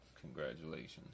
Congratulations